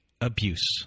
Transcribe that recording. abuse